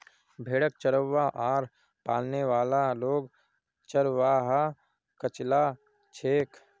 भेड़क चरव्वा आर पालने वाला लोग चरवाहा कचला छेक